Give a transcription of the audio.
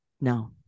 No